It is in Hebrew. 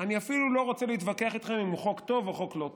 אני אפילו לא רוצה להתווכח איתכם אם הוא חוק טוב או חוק לא טוב.